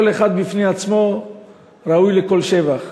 כל אחד בפני עצמו ראוי לכל שבח.